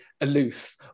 aloof